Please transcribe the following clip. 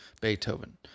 Beethoven